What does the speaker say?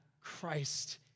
Christ